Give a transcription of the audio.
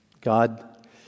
God